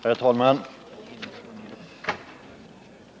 Herr talman!